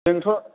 जोंथ'